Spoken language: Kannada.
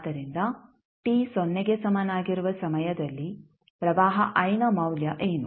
ಆದ್ದರಿಂದ t ಸೊನ್ನೆಗೆ ಸಮನಾಗಿರುವ ಸಮಯದಲ್ಲಿ ಪ್ರವಾಹ I ನ ಮೌಲ್ಯ ಏನು